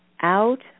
out